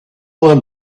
them